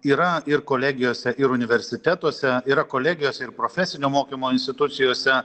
yra ir kolegijose ir universitetuose yra kolegijos ir profesinio mokymo institucijose